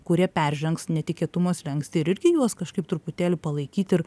kurie peržengs netikėtumo slenkstį ir irgi juos kažkaip truputėlį palaikyt ir